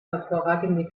hervorragende